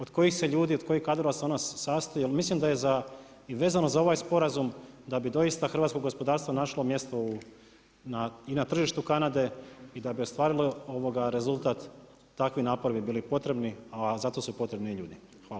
Od kojih se ljudi, od kojih se kadrova ona sastoji jel mislim da je i vezano za ovaj sporazum da bi doista hrvatsko gospodarstvo našlo mjesto i na tržištu Kanade i da bi ostvarilo rezultat takvi napori bi bili potrebni, a zato su potrebni i ljudi.